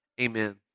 Amen